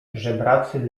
żebracy